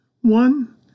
One